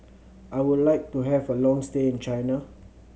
I would like to have a long stay in China